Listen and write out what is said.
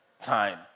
time